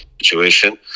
situation